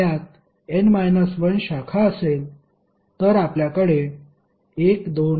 त्यात n 1 शाखा असेल